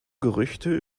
gerüchte